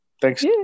Thanks